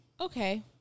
Okay